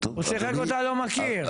הוא שיחק אותה לא מכיר.